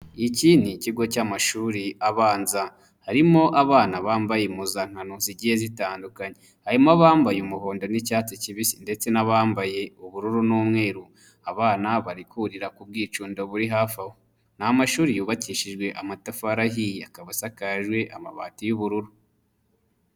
Iki ni ikigo cy'amashuri abanza harimo abana bambaye impuzankano zigiye zitandukanye, harimo abambaye umuhondo n'icyatsi kibisi ndetse n'abambaye ubururu n'umweru, abana bari kurira ku bwicuno buri hafi aho, ni amashuri yubakishijwe amatafarihiye akaba asakajwe amabati y'ubururu.